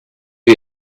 die